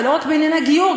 ולא רק בענייני גיור,